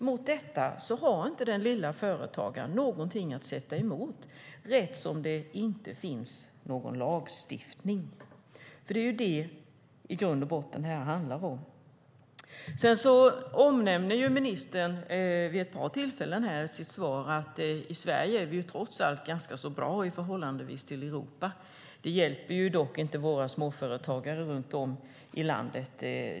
Mot detta har den lilla företagaren inte något att sätta emot eftersom det inte finns någon lagstiftning. Det är ju detta det i grund och botten handlar om. Sedan nämner ministern vid ett par tillfällen i sitt svar att vi i Sverige trots allt är ganska bra i förhållande till Europa. Det hjälper dock inte våra småföretagare runt om i landet.